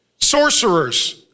Sorcerers